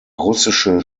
russische